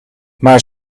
maar